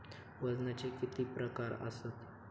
वजनाचे किती प्रकार आसत?